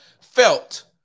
felt